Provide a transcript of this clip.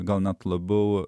gal net labiau